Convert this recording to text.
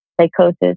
psychosis